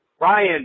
Ryan